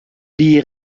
die